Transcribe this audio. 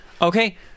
Okay